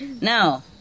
Now